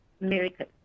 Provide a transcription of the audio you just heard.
America